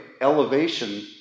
elevation